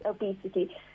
obesity